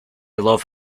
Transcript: love